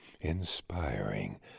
inspiring